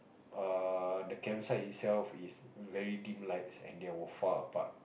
err the campsite itself is very dim lights and they were far apart